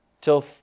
till